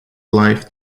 life